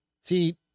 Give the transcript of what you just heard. See